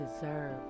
deserve